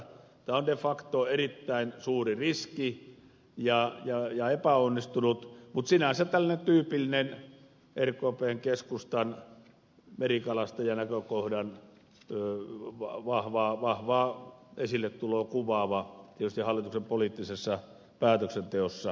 tämä on de facto erittäin suuri riski ja epäonnistunut mutta sinänsä tietysti tällaista tyypillistä rkpn ja keskustan merikalastajanäkökohdan vahvaa esilletuloa kuvaava hallituksen poliittisessa päätöksenteossa